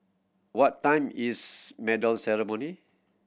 what time is medal ceremony